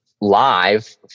live